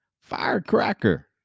Firecracker